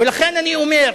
ולכן אני אומר,